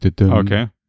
okay